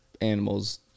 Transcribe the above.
animals